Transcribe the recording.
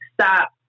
stop